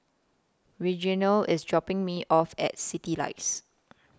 Reginal IS dropping Me off At Citylights